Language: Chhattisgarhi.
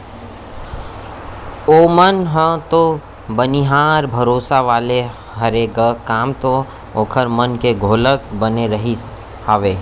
ओमन ह तो बनिहार भरोसा वाले हरे ग काम तो ओखर मन के घलोक बने रहिस हावय